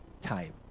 time